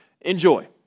enjoy